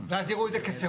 ואז יראו את זה כסירוב?